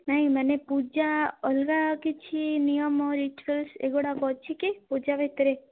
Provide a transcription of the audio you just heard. ନାଇଁ ମାନେ ପୂଜା ଅଲଗା କିଛି ନିୟମ ରିଚୁଆଲସ୍ ଏଗୁଡ଼ା ଅଛି କି ପୂଜା ଭିତରେ